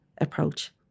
approach